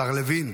השר לוין,